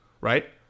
right